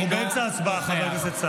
אתה תצביע, אל תברח, בחיילים.